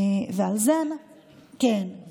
כן.